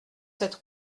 cette